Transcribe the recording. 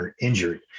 injured